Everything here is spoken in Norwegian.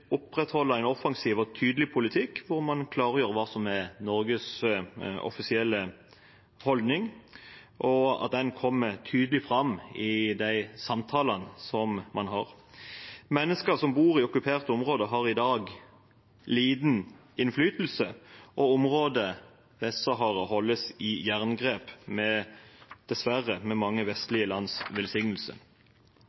opprettholde en offensiv og tydelig politikk hvor man klargjør hva som er Norges offisielle holdning, og at den kommer tydelig fram i samtalene man har. Mennesker som bor i okkuperte områder, har i dag liten innflytelse, og området deres holdes i et jerngrep – dessverre med mange